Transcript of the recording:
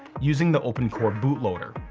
using the opencore bootloader.